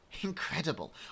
Incredible